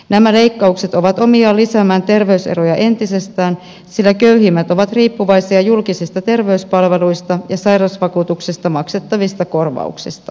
nämä leikkaukset ovat omiaan lisäämään terveyseroja entisestään sillä köyhimmät ovat riippuvaisia julkisista terveyspalveluista ja sairausvakuutuksesta maksettavista korvauksista